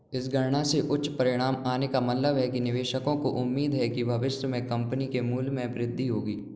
इस गणना से उच्च परिणाम आने का मतलब है कि निवेशकों को उम्मीद है कि भविष्य में कंपनी के मूल्य में वृद्धि होगी